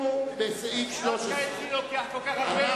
דווקא אתי לוקח כל כך הרבה זמן,